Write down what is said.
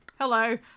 hello